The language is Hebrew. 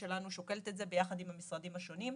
שלנו שוקלת את זה ביחד עם המשרדים השונים.